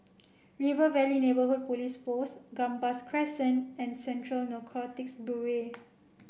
River Valley Neighbourhood Police Post Gambas Crescent and Central Narcotics Bureau